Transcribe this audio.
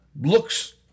looks